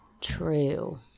True